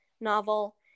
novel